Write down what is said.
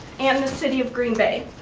and the city of green bay.